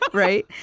but right?